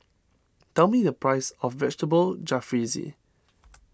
tell me the price of Vegetable Jalfrezi